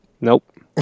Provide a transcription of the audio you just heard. Nope